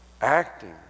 acting